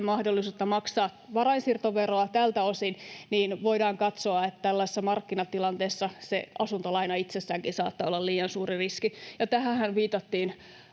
mahdollisuutta maksaa varainsiirtoveroa tältä osin, niin voidaan katsoa, että tällaisessa markkinatilanteessa se asuntolaina itsessäänkin saattaa olla liian suuri riski. Ja tähänhän viitattiin